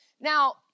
Now